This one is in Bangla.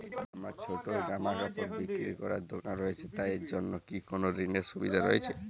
আমার ছোটো জামাকাপড় বিক্রি করার দোকান রয়েছে তা এর জন্য কি কোনো ঋণের সুবিধে রয়েছে?